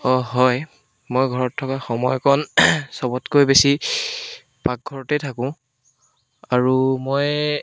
হয় মই ঘৰত থকা সময়কণ চবতকৈ বেছি পাকঘৰতে থাকোঁ আৰু মই